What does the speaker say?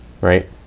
right